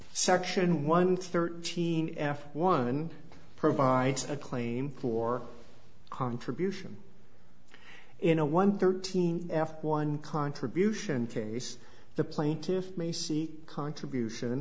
section one thirteen f one provides a claim for contribution in a one thirteen f one contribution case the plaintiffs may seek contribution